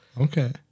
Okay